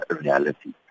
reality